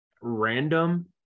random